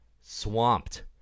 swamped